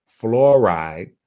fluoride